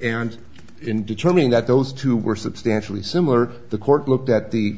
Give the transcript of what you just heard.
and in determining that those two were substantially similar the court looked at the